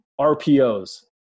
rpos